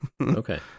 Okay